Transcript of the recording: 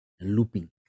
looping